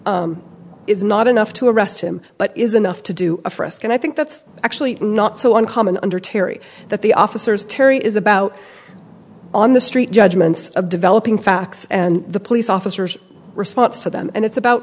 s is not enough to arrest him but is enough to do for us going i think that's actually not so uncommon under terry that the officers terry is about on the street judgments of developing facts and the police officers response to them and it's about